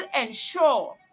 ensure